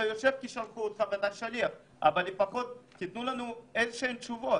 אתה השליח, אבל לפחות תנו לנו תשובות.